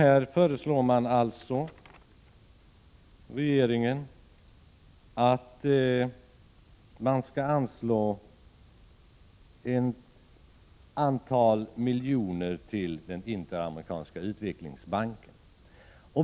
Här föreslår regeringen att man skall anslå ett antal miljoner till den Interamerikanska utvecklingsbanken.